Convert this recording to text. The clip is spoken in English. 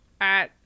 at-